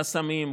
חסמים,